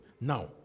Now